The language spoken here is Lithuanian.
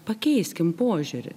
pakeiskim požiūrį